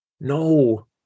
no